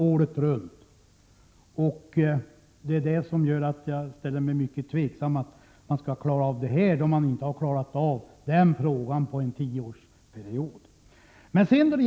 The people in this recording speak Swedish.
Jag är alltså mycket tveksam till att man skall kunna klara av de ifrågavarande problemen, då man ju inte under en tioårsperiod har kunnat klara det problem som jag nyss nämnde.